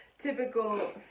Typical